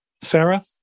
Sarah